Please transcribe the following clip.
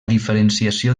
diferenciació